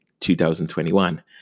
2021